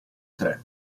tre